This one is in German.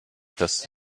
dass